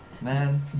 Man